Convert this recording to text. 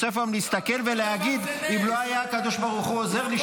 ובסוף היום להסתכל ולהגיד: אם לא היה הקדוש ברוך הוא עוזר לי,